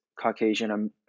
Caucasian